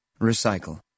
Recycle